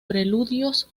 preludios